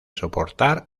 soportar